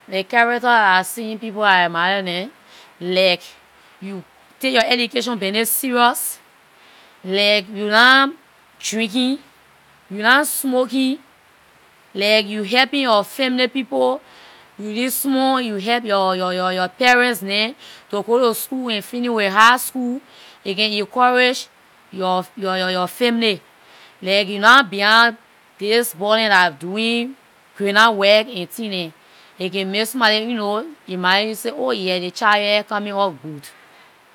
Ley character dah I see in people I admire dem, like you take yor education bisnay serious, like you nah drinking, you nah smoking, like you helping yor family people, you leave small you help yor- yor yor parents neh to go to school and finish with high school. It can encourage yor- yor yor family. Like u nah behind this boy dem dah doing grona work and thing dem. Aay can make somebody ehn you know, admire you and say oh yes this child here coming up good.